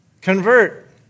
Convert